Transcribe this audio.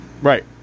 Right